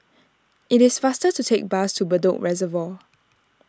it is faster to take bus to Bedok Reservoir